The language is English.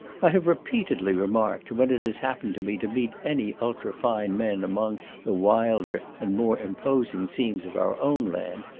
i have repeatedly remarked, when it has happened to me to meet any ultra fine men among the wilder and more imposing scenes of our own land,